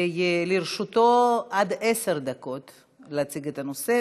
ולרשותו עד עשר דקות להציג את הנושא,